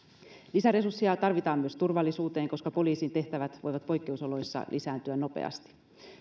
lisäresursseja tarvitaan myös turvallisuuteen koska poliisin tehtävät voivat poikkeusoloissa lisääntyä nopeasti